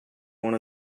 one